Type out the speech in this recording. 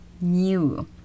new